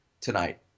tonight